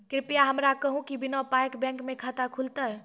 कृपया हमरा कहू कि बिना पायक बैंक मे खाता खुलतै?